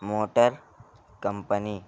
motor company